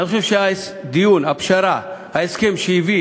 אני חושב שהדיון, הפשרה, ההסכם שהביא